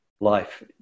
life